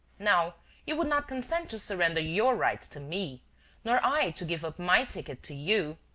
now you would not consent to surrender your rights to me nor i to give up my ticket to you.